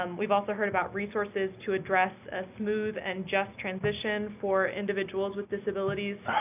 um we've also heard about resources to address a smooth and just transition for individuals with disabilities,